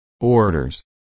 orders